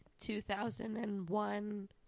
2001